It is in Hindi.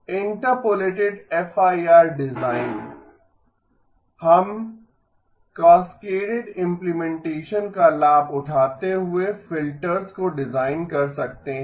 इंटरपोलेटेड एफआईआर डिजाइन हम कास्केडेड इम्प्लीमेंटेसन का लाभ उठाते हुए फिल्टर्स को डिजाइन कर सकते हैं